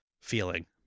feeling